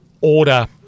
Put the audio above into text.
order